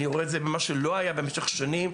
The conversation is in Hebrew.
אני רואה מה שלא היה במשך שנים.